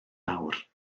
awr